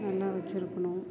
நல்லா வெச்சுருக்கணும்